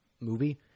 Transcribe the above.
movie